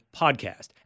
podcast